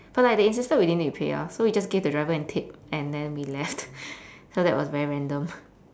but like they insisted we didn't need to pay ah so we just gave the driver a tip and then we left so that was very random